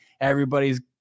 everybody's